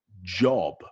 job